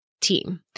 team